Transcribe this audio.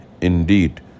Indeed